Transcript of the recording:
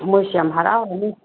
ꯃꯣꯏꯁꯨ ꯌꯥꯝ ꯍꯔꯥꯎꯒꯅꯤ